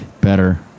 better